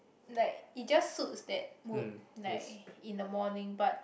like it just suits that mood like in the morning but